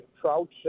trout